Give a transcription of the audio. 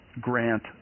grant